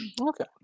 Okay